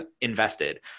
invested